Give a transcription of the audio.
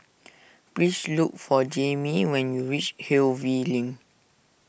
please look for Jaimee when you reach Hillview Link